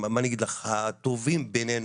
מה אני אגיד לך, הטובים בינינו,